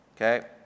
Okay